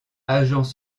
agents